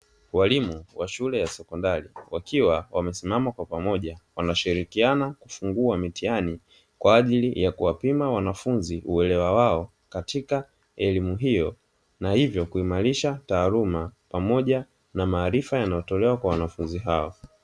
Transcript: Walimu wa shule ya sekondari wakiwa wamesimama kwa pamoja wanashirikiana kufungua mitihani kwa ajili ya kuwapima wanafunzi uelewa wao katika elimu hiyo, hivyo kuimarisha taaluma pamoja na maarifa yanayotolewa kwa wanafunzi hao.